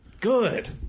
Good